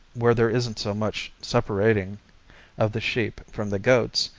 where there isn't so much separating of the sheep from the goats,